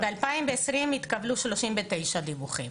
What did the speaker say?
ב-2020 התקבלו 39 דיווחים.